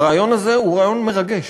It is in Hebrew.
הרעיון הזה הוא רעיון מרגש,